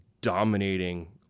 dominating